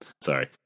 sorry